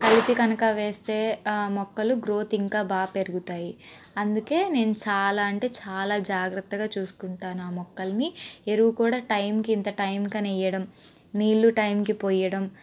కలిపి కనుక వేస్తే మొక్కలు గ్రోత్ ఇంకా బాగా పెరుగుతాయి అందుకే నేను చాలా అంటే చాలా జాగ్రత్తగా చూసుకుంటాను ఆ మొక్కల్ని ఎరువు కూడ టైముకి ఇంత టైముకని వెయ్యడం నీళ్లు టైముకి పోయడం